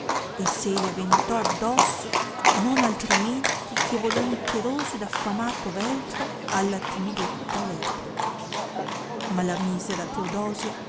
e se le aventò addosso non altrimenti che volonteroso ed affamato veltro alla timidetta lepre ma la misera teodosia